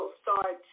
start